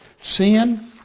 Sin